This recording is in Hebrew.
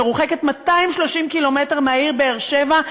מרוחקת 230 ק"מ מהעיר באר-שבע.